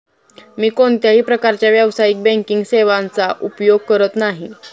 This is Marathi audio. मी कोणत्याही प्रकारच्या व्यावसायिक बँकिंग सेवांचा उपयोग करत नाही